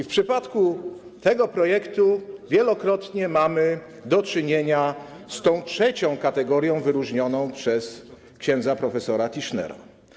W przypadku tego projektu wielokrotnie mamy do czynienia z tą trzecią kategorią wyróżnioną przez ks. prof. Tischnera.